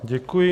Děkuji.